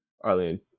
Arlene